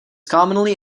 commonly